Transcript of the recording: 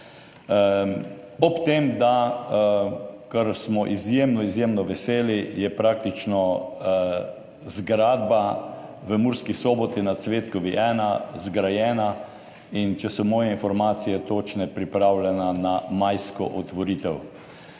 Ob tem smo izjemno, izjemno veseli, da je praktično zgradba v Murski Soboti na Cvetkovi ulici 1 zgrajena in če so moje informacije točne, je pripravljena na majsko otvoritev.